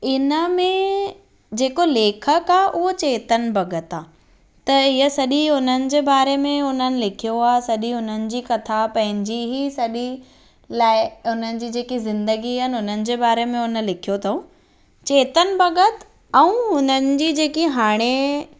इन में जेको लेखक आहे उहा चेतन भगत आहे त हीअ सॼी हुननि जे बारे में हुननि लिखियो आहे सॼी हुननि जी कथा पंहिंजी ई सॼी लाइ हुननि जी जेकी ज़िंदगी आहिनि हुननि जे बारे में हुन लिखियो अथऊं चेतन भगत ऐं हुननि जी जेकी हाणे